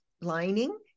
lining